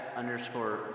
underscore